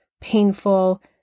painful